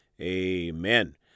amen